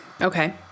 Okay